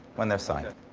when they're signed.